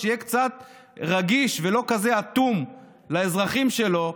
שיהיה קצת רגיש ולא כזה אטום לאזרחים שלו,